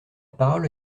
parole